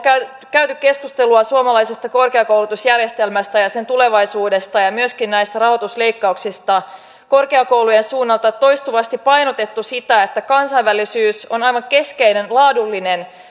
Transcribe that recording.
käyty keskustelua suomalaisesta korkeakoulutusjärjestelmästä ja sen tulevaisuudesta ja myöskin näistä rahoitusleikkauksista tässä on korkeakoulujen suunnalta toistuvasti painotettu sitä että kansainvälisyys on aivan keskeinen laadullinen